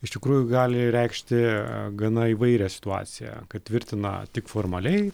iš tikrųjų gali reikšti gana įvairią situaciją kad tvirtina tik formaliai